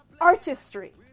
artistry